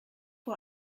vor